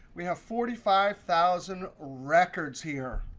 we have forty five thousand records here.